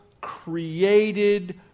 created